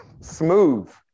Smooth